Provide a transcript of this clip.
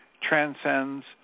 transcends